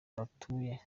batuye